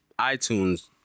iTunes